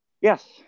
yes